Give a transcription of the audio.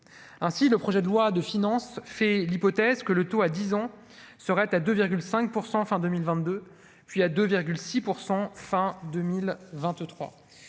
ainsi le projet de loi de finances fait l'hypothèse que le taux à 10 ans serait à 2 5 % fin 2022 puis à 2 6 % fin 2023,